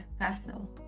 castle